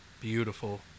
Beautiful